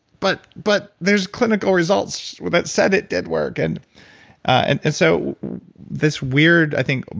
but, but there's clinical results that said it did work. and and and so this weird, i think,